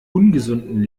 ungesunden